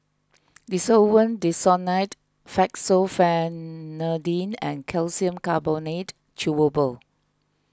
Desowen Desonide Fexofenadine and Calcium Carbonate Chewable